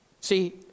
see